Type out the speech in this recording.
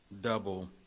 Double